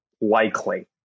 likely